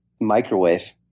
microwave